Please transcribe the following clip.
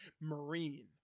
marine